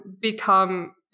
become